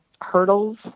hurdles